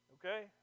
okay